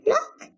Look